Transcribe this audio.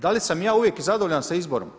Da li sam ja uvijek zadovoljan sa izborom?